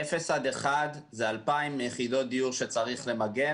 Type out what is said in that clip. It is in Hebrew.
אפס עד אחד קילומטר זה 2,000 יחידות דיור שצריך למגן